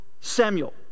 samuel